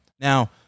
Now